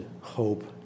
hope